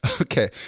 Okay